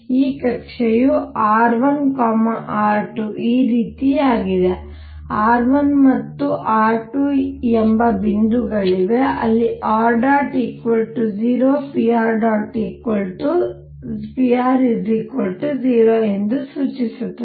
ಈ ಕಕ್ಷೆಯು r1 r2 ಈ ರೀತಿಯಾಗಿದೆ r1 ಮತ್ತು r2 ಎಂಬ ಬಿಂದುಗಳಿವೆ ಅಲ್ಲಿ r ̇ 0 pr 0 ಎಂದು ಸೂಚಿಸುತ್ತದೆ